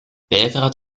belgrad